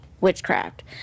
witchcraft